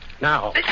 Now